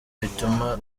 bituma